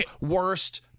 worst